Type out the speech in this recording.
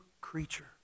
creature